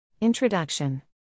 Introduction